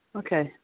okay